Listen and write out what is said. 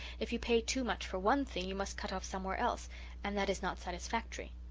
if you pay too much for one thing you must cut off somewhere else and that is not satisfactory.